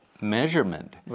measurement